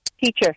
teacher